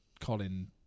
Colin